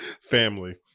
family